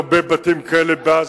ואין הרבה בתים כאלה בעזה,